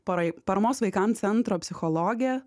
parai paramos vaikams centro psichologė